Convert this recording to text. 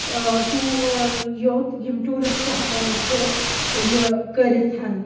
two یوٚت یِم tourist ہیٚکان چھِ یہِ کٔرِتھ